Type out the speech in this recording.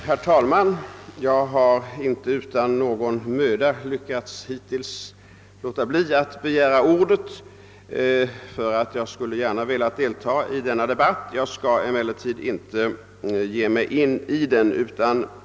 Herr talman! Jag har, inte utan möda, hittills lyckats låta bli att begära ordet. Jag skulle nämligen gärna velat delta i denna debatt, men jag skall inte ge mig in i den.